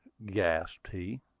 gasped he.